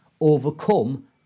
overcome